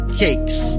cakes